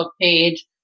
page